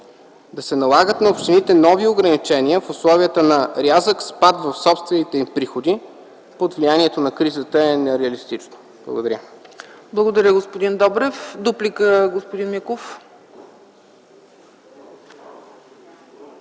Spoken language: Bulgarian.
Да се налагат на общините нови ограничения в условията на рязък спад в собствените им приходи под влиянието на кризата е нереалистично. Благодаря. ПРЕДСЕДАТЕЛ ЦЕЦКА ЦАЧЕВА: Благодаря, господин Добрев.